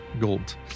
gold